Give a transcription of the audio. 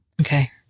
Okay